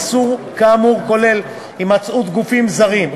איסור כאמור כולל הימצאות גופים זרים,